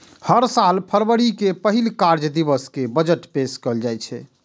हर साल फरवरी के पहिल कार्य दिवस कें बजट पेश कैल जाइ छै